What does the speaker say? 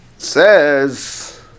Says